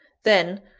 then,